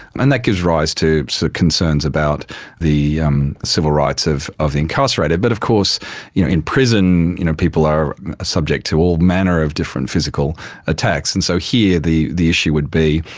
and that gives rise to so concerns about the um civil rights of of the incarcerated, but of course in prison you know people are subject to all manner of different physical attacks. and so here the the issue would be,